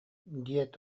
диэт